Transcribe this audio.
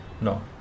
No